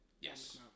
Yes